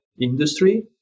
industry